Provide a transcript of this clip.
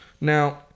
Now